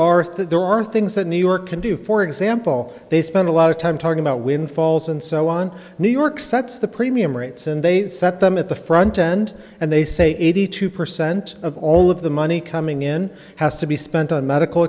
things there are things that new york can do for example they spend a lot of time talking about windfalls and so on new york sets the premium rates and they set them at the front end and they say eighty two percent of all of the money coming in has to be spent on medical